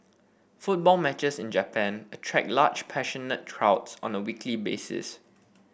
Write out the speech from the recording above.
football matches in Japan attract large passionate on a weekly basis